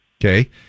Okay